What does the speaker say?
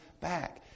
back